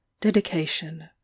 Dedication